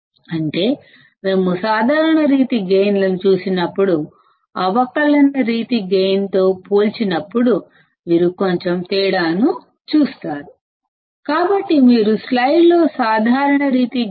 కాబట్టి మనం common mode gain ను అవకలన రీతి గైన్తో పోల్చినప్పుడు మీరు కొంచెం తేడాను చూస్తారు కాబట్టి మీరు స్లైడ్లో కామన్ మోడ్ గైన్